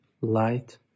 light